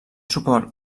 suport